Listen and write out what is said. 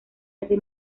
hace